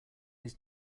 his